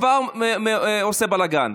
וכבר עושה בלגן.